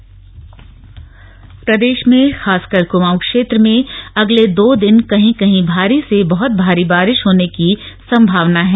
मौसम प्रदेश में खासकर कुमाऊं क्षेत्र में अगले दो दिन कहीं कहीं भारी से बहुत भारी बारिश होने की संभावना है